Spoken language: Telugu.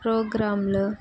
ప్రోగ్రాంలు